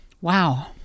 Wow